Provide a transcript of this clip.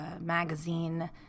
magazine